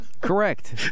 Correct